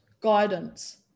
guidance